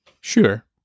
Sure